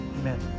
Amen